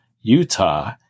Utah